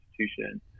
institution